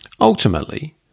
Ultimately